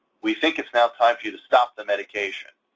we think it's now time for you to stop the medication.